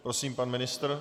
Prosím, pan ministr.